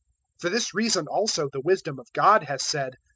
for this reason also the wisdom of god has said,